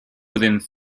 within